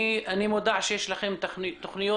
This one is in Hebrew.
אני מודע שיש לכם תכניות,